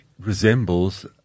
resembles